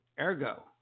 Ergo